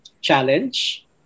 challenge